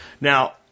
Now